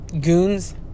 goons